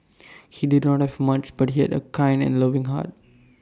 he did not have much but he had A kind and loving heart